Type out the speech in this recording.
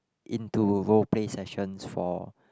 into role play sessions for